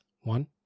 One